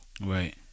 Right